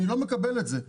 אני לא מקבל את זה.